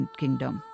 kingdom।